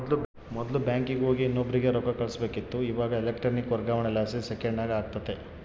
ಮೊದ್ಲು ಬ್ಯಾಂಕಿಗೆ ಹೋಗಿ ಇನ್ನೊಬ್ರಿಗೆ ರೊಕ್ಕ ಕಳುಸ್ಬೇಕಿತ್ತು, ಇವಾಗ ಎಲೆಕ್ಟ್ರಾನಿಕ್ ವರ್ಗಾವಣೆಲಾಸಿ ಸೆಕೆಂಡ್ನಾಗ ಆಗ್ತತೆ